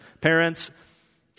Parents